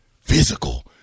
Physical